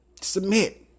Submit